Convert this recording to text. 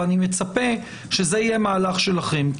אני מצפה שזה יהיה מהלך שלכם.